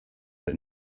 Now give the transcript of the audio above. that